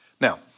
Now